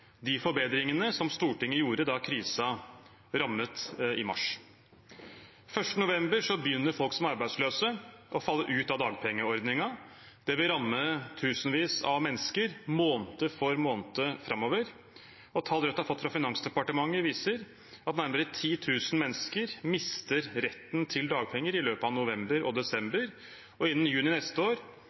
de forbedringene som Stortinget gjorde da krisen rammet i mars. Den 1. november begynner folk som er arbeidsløse, å falle ut av dagpengeordningen. Det vil ramme tusenvis av mennesker, måned for måned framover. Tall Rødt har fått fra Finansdepartementet, viser at nærmere 10 000 mennesker mister retten til dagpenger i løpet av november og desember, og innen juni neste år